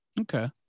okay